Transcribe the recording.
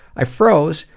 i froze,